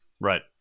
Right